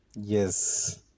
Yes